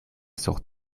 sur